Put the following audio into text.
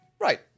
Right